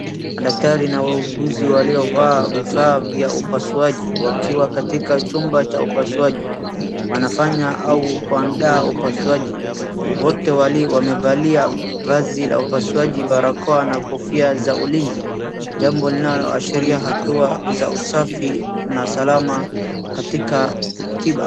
Madaktari na waunguzi walivaa vifaa vya upasuaji wakiwa katika chumba cha upasuaji. Wanafanya au kuadaa upasuaji. Wote wamevalia vazi la upasuaji, barakoa na kofia za ulinzi, jambo linaloashiria hatua za usafi na salama katika tiba.